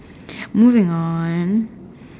moving on